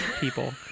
people